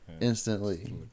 instantly